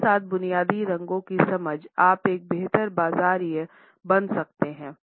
एक साथ बुनियादी रंगों की समझ आप एक बेहतर बाज़ारिया बन सकते हैं